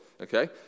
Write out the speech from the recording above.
okay